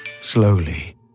slowly